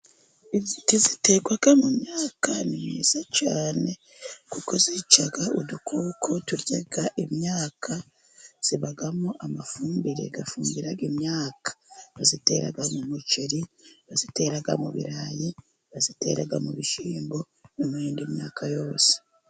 Imiti iterwa mu myaka ni myiza cyane, kuko yica udukoko turya imyaka, ibamo amafumbire igafumbira imyaka, bayiteraga mu muceri, bayitera mu birayi, bayitera mu bishyimbo, no mu yindi myaka yose.